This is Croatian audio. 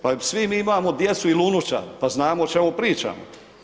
Pa svi mi imamo djecu ili unučad pa znamo o čemu pričamo.